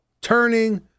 turning